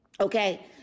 okay